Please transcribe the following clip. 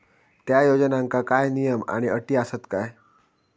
त्या योजनांका काय नियम आणि अटी आसत काय?